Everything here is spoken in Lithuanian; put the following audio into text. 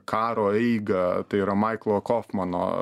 karo eigą tai yra maiklo kofmano